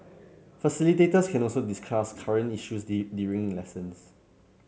facilitators can also discuss current issues the during lessons